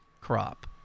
crop